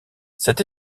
cette